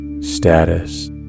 status